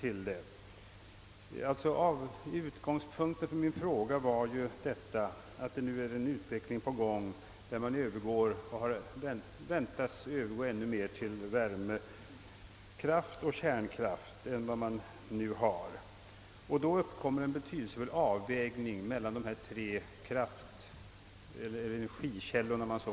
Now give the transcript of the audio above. Utgångspunkten för min fråga var ju att utvecklingen går mot allt större utnyttjande av värmekraft och kärnkraft i stället för vattenkraft. Då blir det också betydelsefullt att göra en avvägning mellan dessa tre kraftkällor.